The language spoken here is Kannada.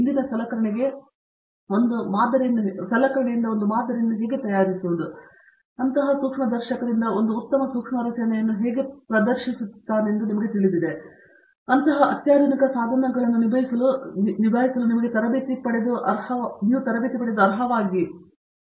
ಇಂದಿನ ಸಲಕರಣೆಗೆ ಒಂದು ಮಾದರಿಯನ್ನು ಹೇಗೆ ತಯಾರಿಸುವುದು ಅಂತಹ ಸೂಕ್ಷ್ಮದರ್ಶಕದಿಂದ ಒಂದು ಉತ್ತಮ ಸೂಕ್ಷ್ಮ ರಚನೆಯನ್ನು ಹೇಗೆ ಪ್ರದರ್ಶಿಸುತ್ತಾನೆಂದು ನಿಮಗೆ ತಿಳಿದಿದೆ ಅಂತಹ ರೀತಿಯ ಅತ್ಯಾಧುನಿಕ ಸಾಧನಗಳನ್ನು ನಿಭಾಯಿಸಲು ನಿಮಗೆ ತರಬೇತಿ ಪಡೆದು ಅರ್ಹವಾಗಿದೆ ಎಂದು ತಿಳಿದುಕೊಳ್ಳಿ